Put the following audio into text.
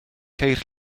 ceir